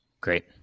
Great